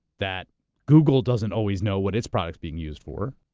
that google doesn't always know what its product's being used for,